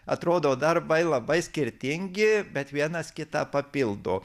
atrodo darbai labai skirtingi bet vienas kitą papildo